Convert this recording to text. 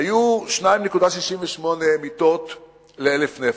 היו 2.68 מיטות ל-1,000 נפש.